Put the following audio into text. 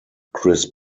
chris